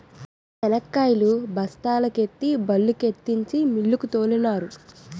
శనక్కాయలు బస్తాల కెత్తి బల్లుకెత్తించి మిల్లుకు తోలినారు